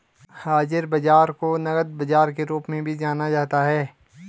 हाज़िर बाजार को नकद बाजार के रूप में भी जाना जाता है